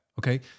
okay